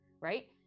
right